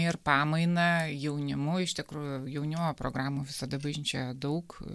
ir pamaina jaunimu iš tikrųjų jaunimo programų visada bažnyčioje daug